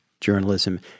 journalism